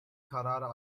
karara